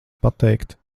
pateikt